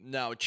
Now